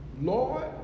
Lord